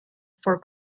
for